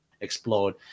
explode